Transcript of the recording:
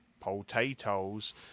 potatoes